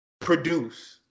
produce